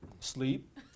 Sleep